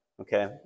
Okay